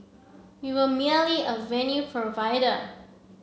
we were merely a venue provider